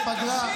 כמובן יש פגרה,